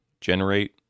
generate